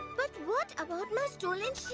but what about my stolen